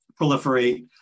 proliferate